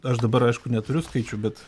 aš dabar aišku neturiu skaičių bet